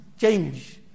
change